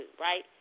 right